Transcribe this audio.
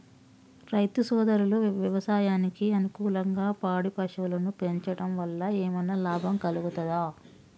రైతు సోదరులు వ్యవసాయానికి అనుకూలంగా పాడి పశువులను పెంచడం వల్ల ఏమన్నా లాభం కలుగుతదా?